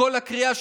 לכל הקריאה,